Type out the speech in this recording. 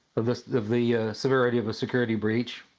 of the of the severity of the security breach.